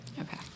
Okay